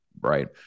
Right